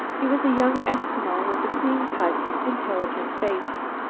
he was a young eskimo with a clean-cut intelligent face.